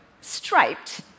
striped